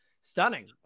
stunning